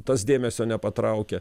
tas dėmesio nepatraukia